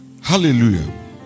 Hallelujah